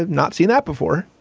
i've not seen that before.